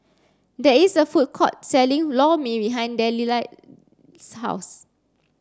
there is a food court selling Lor Mee behind Delila's house